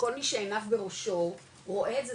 כל מי שעיניו בראשו רואה את זה,